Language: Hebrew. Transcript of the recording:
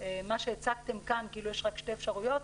מה שהצגתם כאן כאילו יש רק שתי אפשרויות,